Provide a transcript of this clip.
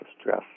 stress